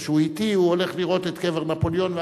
אז כשהוא אתי הוא הולך לראות את קבר נפוליאון,